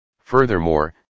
furthermore